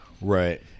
Right